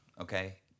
Okay